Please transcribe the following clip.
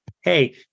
Hey